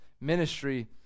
ministry